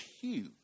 huge